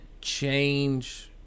change